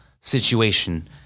situation